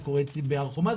זה קורה אצלי בהר חומה,